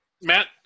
Matt